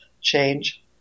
change